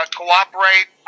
cooperate